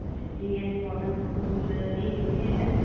ਅੱਛਾ J S model school ਇਹ ਕਿੱਥੇ ਹੈਗਾ